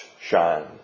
shine